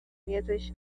mesas